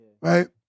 Right